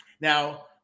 Now